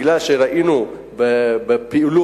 מכיוון שראינו בפעילות,